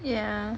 yeah